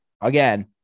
again